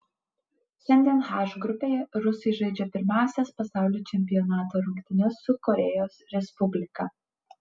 šiandien h grupėje rusai žaidžia pirmąsias pasaulio čempionato rungtynes su korėjos respublika